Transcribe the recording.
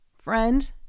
friend